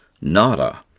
Nada